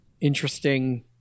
interesting